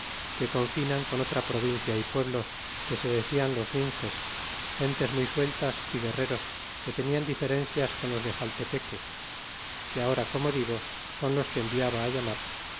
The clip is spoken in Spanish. que confinan con otra provincia y pueblos que se decian los minxes gentes muy sueltas y guerreros que tenian diferencias con los de xaltepeque que ahora como digo son los que enviaba llamar